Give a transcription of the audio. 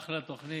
אחלה תוכנית.